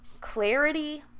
clarity